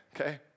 okay